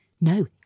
no